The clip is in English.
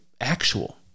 actual